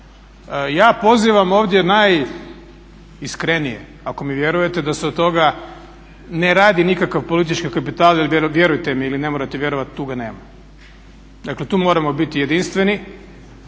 Ja pozivam ovdje najiskrenije ako mi vjerujete da se od toga ne radi nikakav politički kapital jer vjerujte mi ili ne morate vjerovati tu ga nema. Dakle, tu moramo biti jedinstveni.